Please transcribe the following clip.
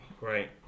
right